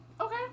Okay